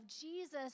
Jesus